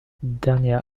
dernière